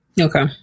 Okay